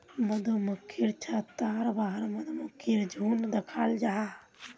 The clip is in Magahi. मधुमक्खिर छत्तार बाहर मधुमक्खीर झुण्ड दखाल जाहा